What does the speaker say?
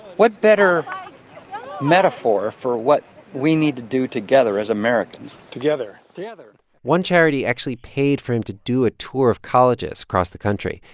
what better metaphor for what we need to do together as americans? together together one charity charity actually paid for him to do a tour of colleges across the country,